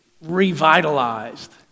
Revitalized